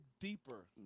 deeper